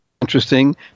interesting